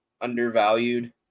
undervalued